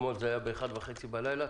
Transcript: אתמול זה היה באחת וחצי בלילה,